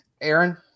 Aaron